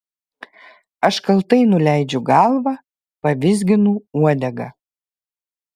aš kaltai nuleidžiu galvą pavizginu uodegą